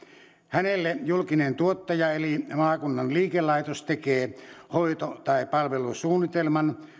hänelle julkinen tuottaja eli maakunnan liikelaitos tekee hoito tai palvelusuunnitelman